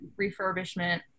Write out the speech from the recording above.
refurbishment